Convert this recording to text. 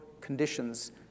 conditions